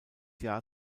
jahr